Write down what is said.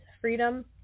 freedom